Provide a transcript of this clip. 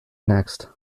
next